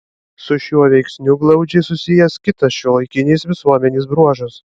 su šiuo veiksniu glaudžiai susijęs kitas šiuolaikinės visuomenės bruožas